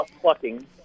plucking